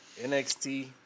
NXT